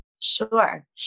Sure